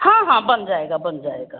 हाँ हाँ बन जाएगा बन जाएगा